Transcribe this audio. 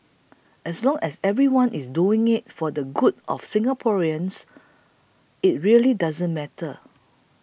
as long as everyone is doing it for the good of Singaporeans it really doesn't matter